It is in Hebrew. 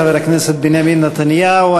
חבר הכנסת בנימין נתניהו.